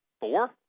Four